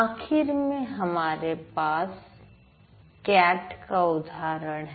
आखिर में हमारे पास कैट का उदाहरण है